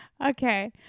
Okay